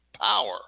power